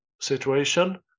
situation